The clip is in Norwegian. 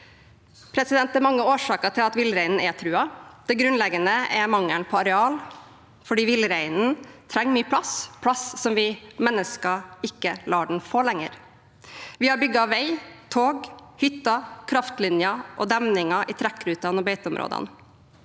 arten selv. Det er mange årsaker til at villreinen er truet. Det grunnleggende er mangelen på areal. Villreinen trenger mye plass – plass som vi mennesker ikke lenger lar den få. Vi har bygd vei, tog, hytter, kraftlinjer og demninger i trekkrutene og beiteområdene.